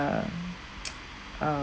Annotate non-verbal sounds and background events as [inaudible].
[noise] um